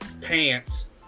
pants